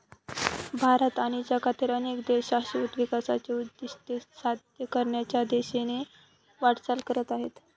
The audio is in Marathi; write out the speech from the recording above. भारत आणि जगातील अनेक देश शाश्वत विकासाचे उद्दिष्ट साध्य करण्याच्या दिशेने वाटचाल करत आहेत